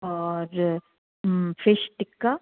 और फ़िश टिक्का